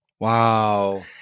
Wow